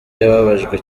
yababajwe